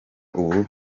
ubu